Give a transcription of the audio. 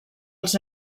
els